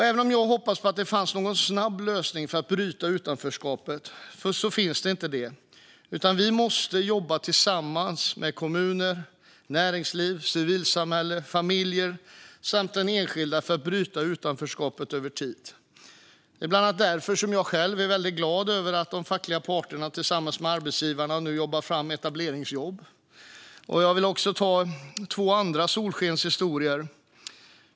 Även om jag hade hoppats på att det fanns någon snabb lösning för att bryta utanförskapet så finns inte det, utan vi måste jobba tillsammans med kommuner, näringslivet, civilsamhället, familjen samt den enskilde för att bryta utanförskapet över tid. Det är bland annat därför jag själv är väldigt glad över att de fackliga parterna tillsammans med arbetsgivarna nu arbetar fram etableringsjobb. Jag vill också berätta två solskenshistorier.